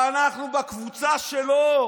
אנחנו בקבוצה שלו.